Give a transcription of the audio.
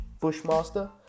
Bushmaster